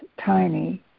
tiny